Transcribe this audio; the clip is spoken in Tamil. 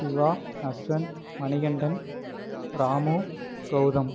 சிவா அஸ்வந்த் மணிகண்டன் ராமு கௌதம்